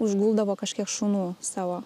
užguldavo kažkiek šunų savo